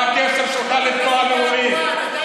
מה הקשר שלך לתנועה הלאומית?